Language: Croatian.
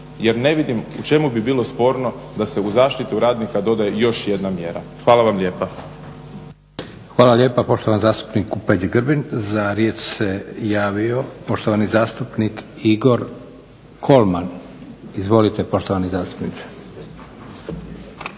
jer ne vidim u čemu bi bilo sporno da se u zaštiti radnika dodaje još jedna mjera. Hvala vam lijepa. **Leko, Josip (SDP)** Hvala lijepa poštovanom zastupniku Peđi Grbin. Za riječ se javio poštovani zastupnik Igor KOlman. Izvolite. **Kolman,